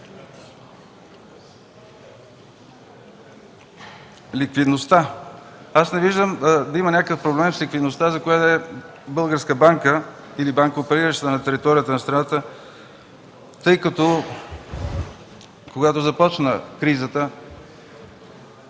Ликвидността. Не виждам да има някакъв проблем с ликвидността, за която и да е българска банка или банка, оперираща на територията на страната, тъй като, когато започна кризата,